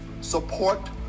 support